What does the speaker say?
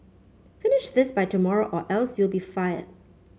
finish this by tomorrow or else you'll be fired